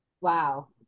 Wow